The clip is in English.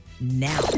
now